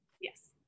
Yes